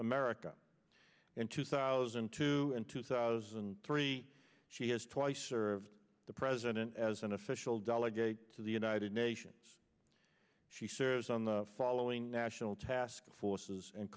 america in two thousand and two and two thousand and three she has twice served the president as an official delegate to the united nations she serves on the following national task forces and